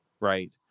Right